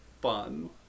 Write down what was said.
fun